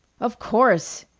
of course!